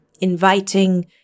inviting